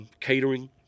catering